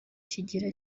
kigira